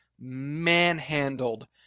manhandled